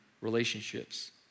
relationships